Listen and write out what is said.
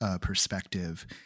perspective